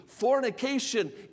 fornication